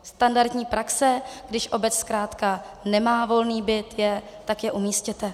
Standardní praxe, když obec zkrátka nemá volný byt, je: tak je umístěte.